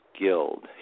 Guild